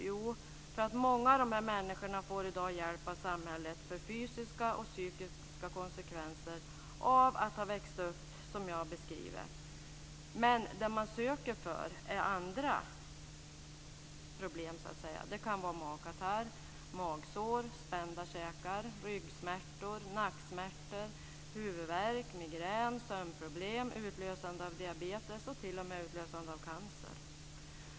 Jo, därför att många av dessa människor i dag får hjälp av samhället för fysiska och psykiska konsekvenser av att ha vuxit upp som jag har beskrivit. Det man söker för är andra problem. Det kan vara magkatarr, magsår, spända käkar, ryggsmärtor, nacksmärtor, huvudvärk, migrän, sömnproblem, utlösande av diabetes och t.o.m. utlösande av cancer.